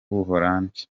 buholandi